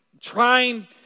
trying